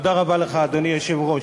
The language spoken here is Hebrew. אדוני היושב-ראש,